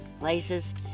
places